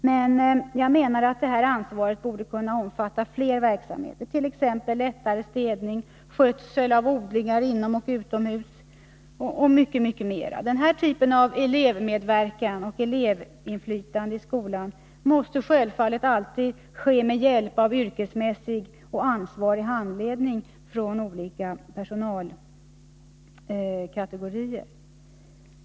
Men jag menar att detta ansvar borde kunna omfatta fler verksamheter, t: ex. lättare städning, skötsel av odlingar inomoch utomhus och mycket mera. Den typen av elevmedverkan och elevinflytande i skolan måste självfallet alltid utövas med hjälp av yrkesmässig och ansvarig handledning från olika personalkategorier.